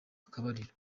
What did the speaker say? akabariro